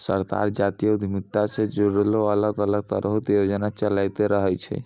सरकार जातीय उद्यमिता से जुड़लो अलग अलग तरहो के योजना चलैंते रहै छै